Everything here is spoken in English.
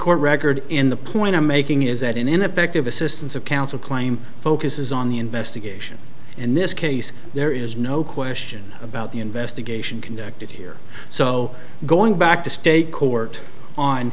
court record in the point i'm making is that an ineffective assistance of counsel claim focuses on the investigation in this case there is no question about the investigation conducted here so going back to state court on